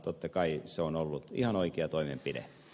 totta kai se on ollut ihan oikea toimenpide